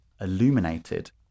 illuminated